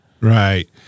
Right